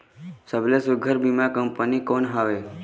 सबले सुघ्घर बीमा कंपनी कोन हवे?